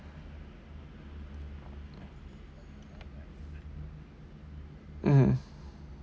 mm